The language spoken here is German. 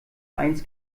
eins